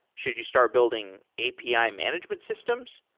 should you start building api ah management systems?